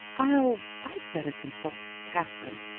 i'll i'd better consult katherine.